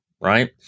right